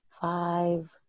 five